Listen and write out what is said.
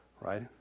right